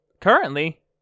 currently